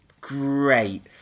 great